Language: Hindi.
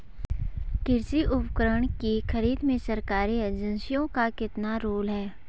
कृषि उपकरण की खरीद में सरकारी एजेंसियों का कितना रोल है?